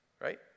right